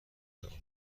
آفریقا